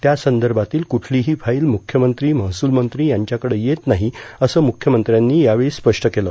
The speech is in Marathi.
त्या संदर्भातील कुठलीही फाईल मुख्यमंत्री महसूल मंत्री यांच्याकडं येत नाही असं मुख्यमंत्र्यांनी यावेळी स्पष्ट केलं